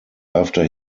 after